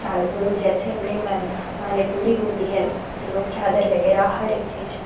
च जो जैसे अपने मन माने पूरी होती है तो लोग चादर वगैरह हर एक चीज़